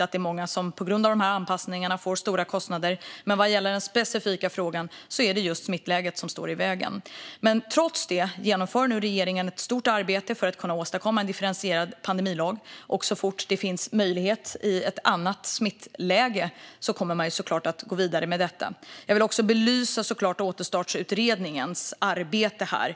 hantera att det är många som på grund av dessa anpassningar får stora kostnader. Men vad gäller den specifika frågan är det just smittläget som står i vägen. Trots detta genomför regeringen nu ett stort arbete för att kunna åstadkomma en differentierad pandemilag. Och så fort det finns möjlighet, i ett annat smittläge, kommer man såklart att gå vidare med detta. Jag vill också belysa Återstartsutredningens arbete.